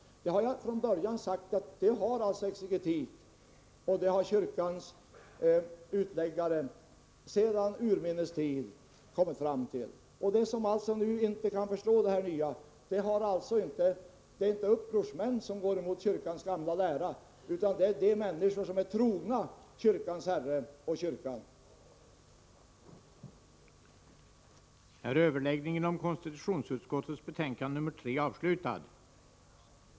Jag har från början sagt att exegetik och kyrkans utläggare sedan urminnes tid har kommit fram till samma ståndpunkt. De som nu inte kan förstå det här nya är alltså inte några upprorsmän, som går emot kyrkans lära, utan det är de människor som är trogna kyrkans Herre och kyrkan själv.